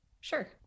Sure